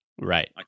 Right